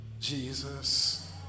Jesus